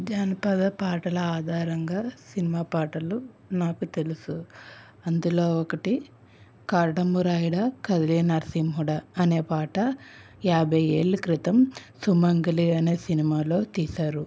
జానపద పాటల ఆధారంగా సినిమా పాటలు నాకు తెలుసు అందులో ఒకటి కాటమురాయుడా కదిరి నరసింహుడా అనే పాట యాభై ఏళ్ళ క్రితం సుమంగలి అనే సినిమాలో తీశారు